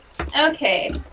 Okay